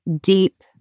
deep